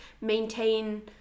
maintain